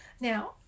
Now